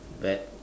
bad